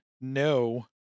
no